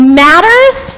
matters